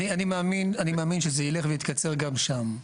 אני מאמין שזה יילך ויתקצר גם שם.